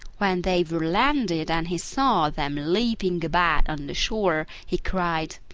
when they were landed and he saw them leaping about on the shore, he cried,